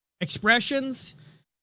expressions